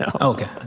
Okay